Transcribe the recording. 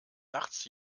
nachts